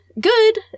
good